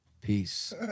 peace